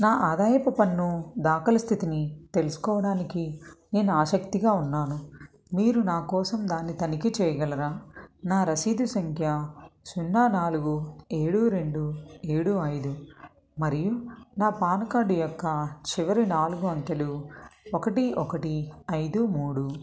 నా ఆదాయపు పన్ను దాఖలు స్థితిని తెలుసుకోవడానికి నేను ఆసక్తిగా ఉన్నాను మీరు నా కోసం దాన్ని తనిఖీ చేయగలరా నా రసీదు సంఖ్య సున్నా నాలుగు ఏడు రెండు ఏడు ఐదు మరియు నా పాన్ కార్డు యొక్క చివరి నాలుగు అంకెలు ఒకటి ఒకటి ఐదు మూడు